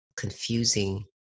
confusing